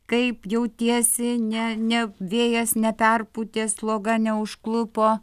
kaip jautiesi ne ne vėjas neperpūtė sloga neužklupo